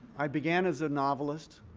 i began as a novelist.